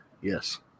Yes